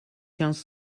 quinze